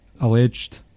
alleged